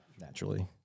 naturally